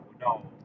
no